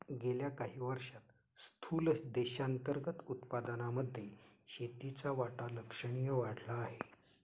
गेल्या काही वर्षांत स्थूल देशांतर्गत उत्पादनामध्ये शेतीचा वाटा लक्षणीय वाढला आहे